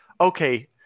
okay